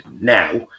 now